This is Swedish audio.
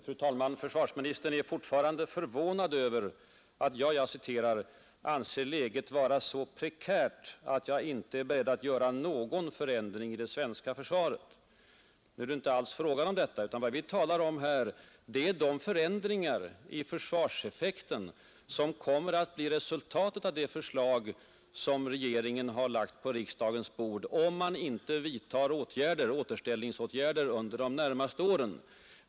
Fru talman! Försvarsministern är fortfarande förvånad över att jag anser läget vara ”så prekärt att vi inte vågar göra någon förändring inom det svenska försvaret”. Nu är det inte alls fråga om detta, utan vad vi talar om nu är de förändringar i försvarseffekten som kommer att bli resultatet av det förslag som regeringen har lagt på riksdagens bord, om man inte vidtar återställningsåtgärder under de närmaste åren.